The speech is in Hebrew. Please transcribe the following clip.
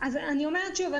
אני אומרת שוב,